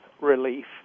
relief